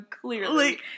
clearly